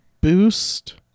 boost